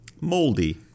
Moldy